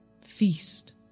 Feast